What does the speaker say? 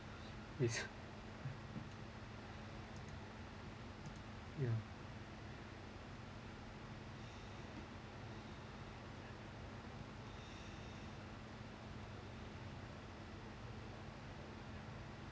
it's ya